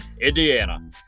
Indiana